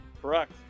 Correct